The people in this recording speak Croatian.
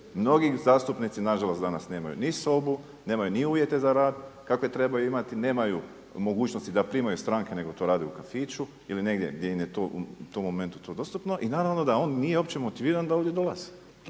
mnogi zastupnici na žalost danas nemaju ni sobu, nemaju ni uvjete za rad kakve trebaju imati, nemaju mogućnosti da primaju stranke nego to rade u kafiću ili negdje gdje im je to u tom momentu to dostupno. I naravno da on nije uopće motiviran da ovdje dolazi.